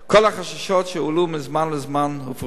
כל החששות שהועלו מזמן לזמן הופרכו.